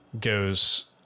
goes